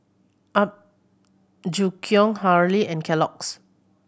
Apgujeong Hurley and Kellogg's